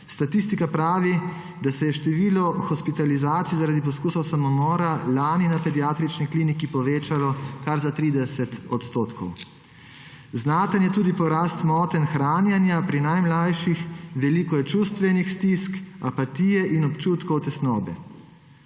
Statistika pravi, da se je število hospitalizacij zaradi poskusov samomora lani na pediatrični kliniki povečalo kar za 30 %. Znaten je tudi porast motenj hranjenja pri najmlajših, veliko je čustvenih stisk, apatije in občutkov tesnobe.